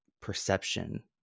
perception